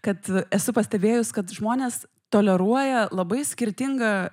kad esu pastebėjus kad žmonės toleruoja labai skirtingą